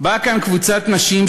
באה כאן קבוצת נשים,